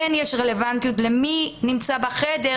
יש רלוונטיות למי שנמצא בחדר,